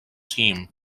team